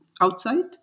outside